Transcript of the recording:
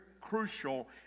crucial